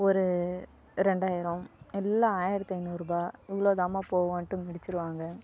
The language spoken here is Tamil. ஒரு ரெண்டாயிரம் எல்லா ஆயிரத்தி ஐந்நூறுபா இவ்வளோதாம்மா போகுன்ட்டு முடிச்சிடுவாங்க